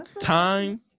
time